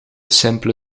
simpele